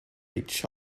each